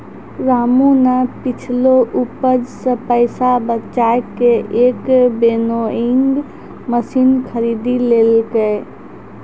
रामू नॅ पिछलो उपज सॅ पैसा बजाय कॅ एक विनोइंग मशीन खरीदी लेलकै